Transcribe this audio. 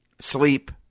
sleep